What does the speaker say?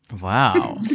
Wow